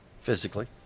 physically